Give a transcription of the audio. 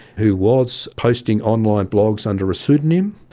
who was posting online blogs under a pseudonym,